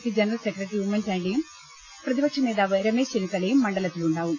C general secretary ഉമ്മൻചാണ്ടിയും പ്രതിപക്ഷ നേതാവ് രമേശ് ചെന്നിത്തലയും മണ്ഡലത്തിലുണ്ടാവും